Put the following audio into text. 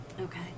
Okay